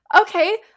okay